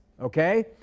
Okay